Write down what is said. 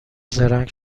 زرنگ